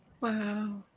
Wow